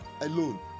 alone